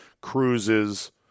cruises